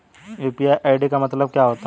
UPI ID का मतलब क्या होता है?